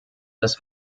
das